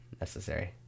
Necessary